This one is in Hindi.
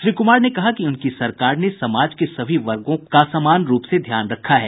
श्री कुमार ने कहा कि उनकी सरकार ने समाज के सभी वर्गों का समान रूप से ध्यान रखा है